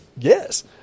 yes